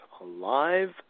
alive